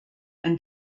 and